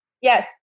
Yes